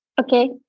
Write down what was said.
Okay